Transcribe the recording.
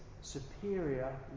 superior